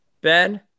Ben